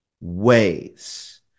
ways